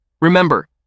Remember